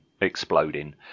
exploding